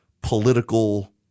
political